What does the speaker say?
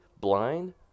blind